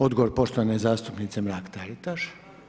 Odgovor poštovane zastupnice Mrak Taritaš.